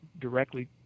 directly